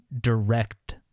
direct